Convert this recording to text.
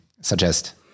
suggest